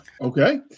Okay